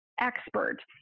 expert